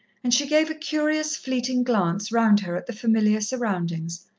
and she gave a curious, fleeting glance round her at the familiar surroundings,